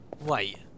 Wait